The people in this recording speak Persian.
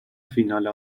فینال